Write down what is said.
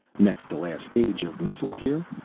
next to last stage of missile-here?